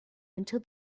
until